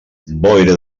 boira